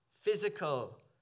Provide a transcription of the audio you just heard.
physical